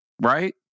right